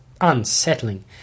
unsettling